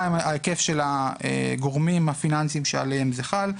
ב', ההיקף של הגורמים הפיננסיים שעליהם זה חל.